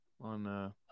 on